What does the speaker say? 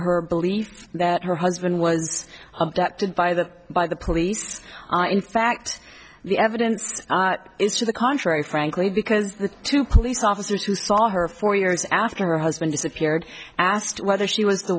her belief that her husband was abducted by the by the police in fact the evidence is to the contrary frankly because the two police officers who saw her for years after her husband disappeared asked whether she w